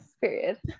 Period